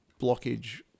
blockage